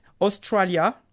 Australia